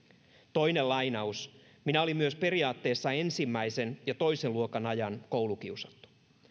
toinen lainaus minä olin myös periaatteessa ensimmäisen ja toisen luokan ajan koulukiusattu